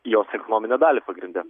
jos ekonominę dalį pagrinde